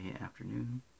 afternoon